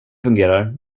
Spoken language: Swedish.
fungerar